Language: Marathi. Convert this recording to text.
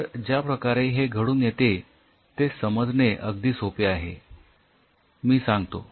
तर ज्या प्रकारे हे घडून येते ते समजणे अगदी सोपे आहे मी सांगतो